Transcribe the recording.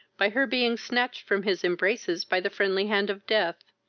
by her being snatched from his embraces by the friendly hand of death,